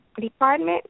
department